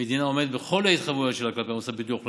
המדינה עומדת בכל ההתחייבויות שלה כלפי המוסד לביטוח לאומי,